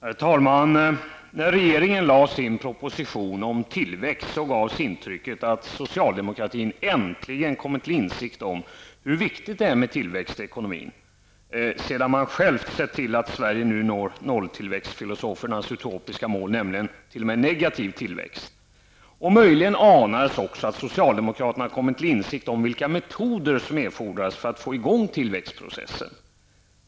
Herr talman! När regeringen lade fram sin proposition om tillväxt gavs intrycket att socialdemokratin äntligen kommit till insikt hur viktigt det är med tillväxt i ekonomin, detta sedan man sett till att Sverige nu når nolltillväxtfilosofernas utopiska mål, nämligen t.o.m. negativ tillväxt. Möjligen anades också att socialdemokraterna kommit till insikt om vilka metoder som erfordras för att få i gång tillväxtprocessen.